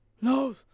No